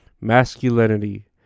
masculinity